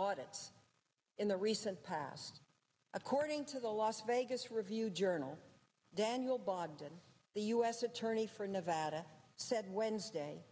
audit in the recent past according to the las vegas review journal daniel bogden the u s attorney for new said wednesday